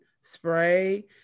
spray